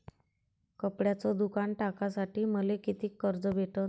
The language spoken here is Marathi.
कपड्याचं दुकान टाकासाठी मले कितीक कर्ज भेटन?